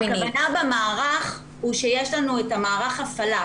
הכוונה במערך הוא שיש לנו את מערך ההפעלה,